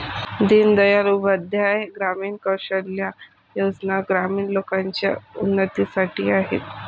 दीन दयाल उपाध्याय ग्रामीण कौशल्या योजना ग्रामीण लोकांच्या उन्नतीसाठी आहेत